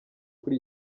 kuri